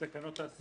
אז להוסיף אותה.